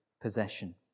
possession